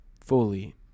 fully